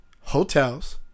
hotels